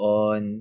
on